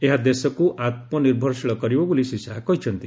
ଏହା ଦେଶକ୍ତ ଆତ୍ମନିର୍ଭରଶୀଳ କରିବ ବୋଲି ଶ୍ରୀ ଶାହା କହିଛନ୍ତି